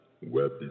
web